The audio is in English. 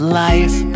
life